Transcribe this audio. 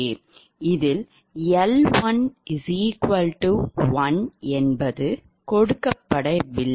இதில் L11 கொடுக்கப்படவில்லை